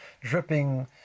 dripping